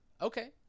Okay